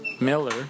Miller